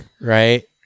right